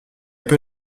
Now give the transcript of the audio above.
peu